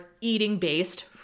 eating-based